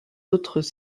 autres